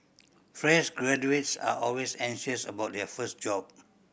fresh graduates are always anxious about their first job